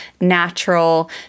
natural